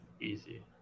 easy